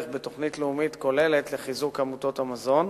בתוכנית לאומית כוללת לחיזוק עמותות המזון.